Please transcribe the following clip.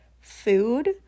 food